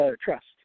trust